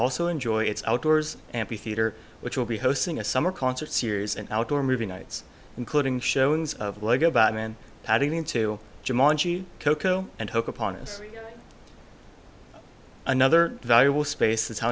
also enjoy its outdoors and beefeater which will be hosting a summer concert series an outdoor movie nights including showings of lego batman adding to coco and took upon us another valuable space is how